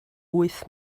wyth